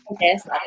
Yes